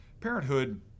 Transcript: Parenthood